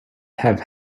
have